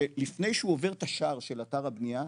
שלפני שהוא עובר את השער של אתר הבנייה,